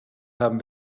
haben